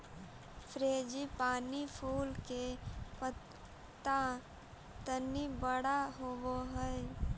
frangipani फूल के पत्त्ता तनी बड़ा होवऽ हई